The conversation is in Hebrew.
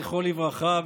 זכרו לברכה,